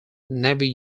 navy